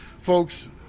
Folks